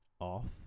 off